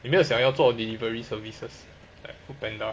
有没有想要做 delivery services like Foodpanda